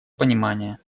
понимание